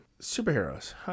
Superheroes